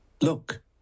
Look